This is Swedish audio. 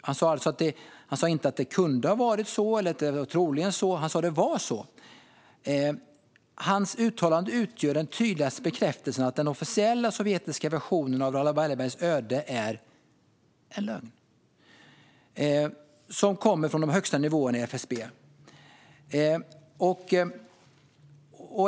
Han sa alltså inte att det kunde ha varit så eller att det troligen var så, utan han sa att det var så. Hans uttalande utgör den tydligaste bekräftelsen på att den officiella sovjetiska versionen av Raoul Wallenbergs öde är en lögn som kommer från de högsta nivåerna i FSB.